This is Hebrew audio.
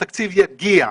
התקציב יגיע,